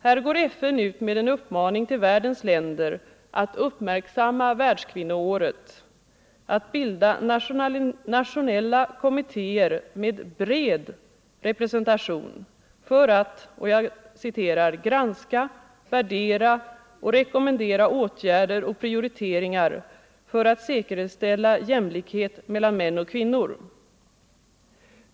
Här går FN ut med en uppmaning till världens länder att uppmärksamma världskvinnoåret, att bilda nationella kommittéer med bred representation för att ”granska, värdera och rekommendera åtgärder och prioriteringar för att säkerställa jämlikhet mellan män och kvinnor”.